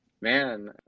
Man